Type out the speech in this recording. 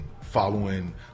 following